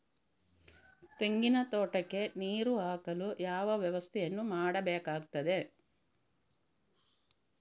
ತೆಂಗಿನ ತೋಟಕ್ಕೆ ನೀರು ಹಾಕಲು ಯಾವ ವ್ಯವಸ್ಥೆಯನ್ನು ಮಾಡಬೇಕಾಗ್ತದೆ?